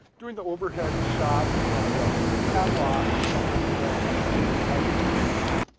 doing the overhead shot from the catwalk behind the upstage lighting truss,